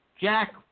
Jack